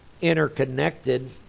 interconnected